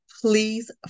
please